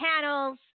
panels